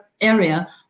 area